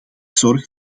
zorg